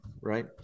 right